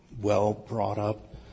well-brought-up